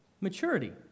maturity